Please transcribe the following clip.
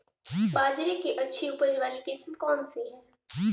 बाजरे की अच्छी उपज वाली किस्म कौनसी है?